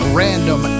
random